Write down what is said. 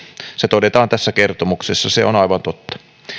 todetaan tässä kertomuksessa se on aivan totta